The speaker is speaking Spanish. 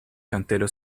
cantero